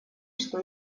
что